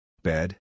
Bed